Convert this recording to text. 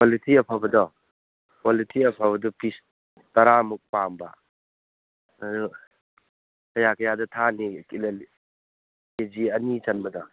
quality ꯑꯐꯕꯗꯣ quality ꯑꯐꯕꯗꯣ piece ꯇꯔꯥꯃꯨꯛ ꯄꯥꯝꯕ ꯑꯗꯨ ꯀꯌꯥ ꯀꯌꯥꯗ ꯊꯥꯅꯤ ꯀꯦꯖꯤ ꯑꯅꯤ ꯆꯟꯕꯗ